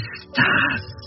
stars